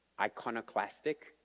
iconoclastic